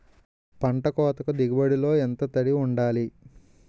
పంట కోతకు దిగుబడి లో ఎంత తడి వుండాలి?